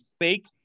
fake